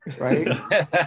right